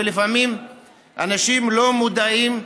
ולפעמים אנשים לא מודעים,